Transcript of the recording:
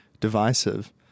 divisive